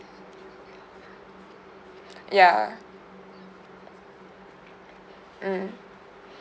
ya mm